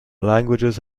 languages